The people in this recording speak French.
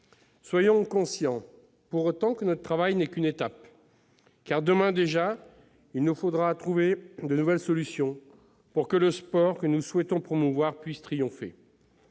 toutefois conscients que notre travail n'est qu'une étape. En effet, demain déjà, il nous faudra trouver de nouvelles solutions pour que le sport que nous souhaitons promouvoir puisse triompher.